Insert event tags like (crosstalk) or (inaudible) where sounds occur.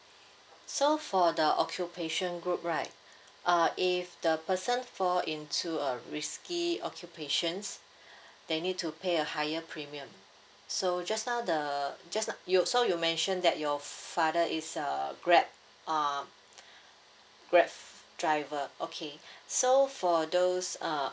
so for the occupation group right (breath) uh if the person fall into a risky occupations (breath) they need to pay a higher premium so just now the just now you so you mentioned that your f~ father is a grab uh (breath) grab f~ driver okay (breath) so for those uh